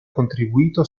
contribuito